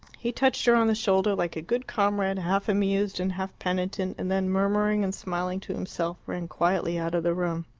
he touched her on the shoulder like a good comrade, half amused and half penitent, and then, murmuring and smiling to himself, ran quietly out of the room.